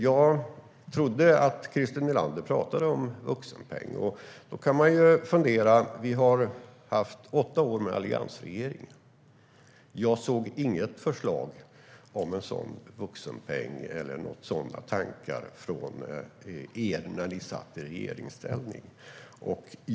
Jag trodde att Christer Nylander pratade om vuxenpeng. Då kan man fundera. Vi har haft åtta år med alliansregeringen. Jag såg inget förslag om en sådan vuxenpeng och hörde inget om några sådana tankar från er när ni satt i regeringsställning.